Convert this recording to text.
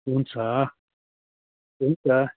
हुन्छ हुन्छ